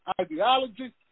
ideology